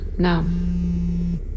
No